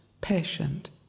patient